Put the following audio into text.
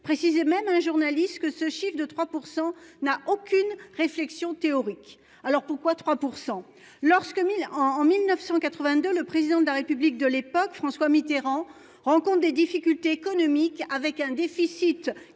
précise même un journaliste que ce chiffre de 3% n'a aucune réflexion théorique, alors pourquoi 3% lorsque 1000 ans en 1982, le président de la République de l'époque François Mitterrand rencontre des difficultés économiques avec un déficit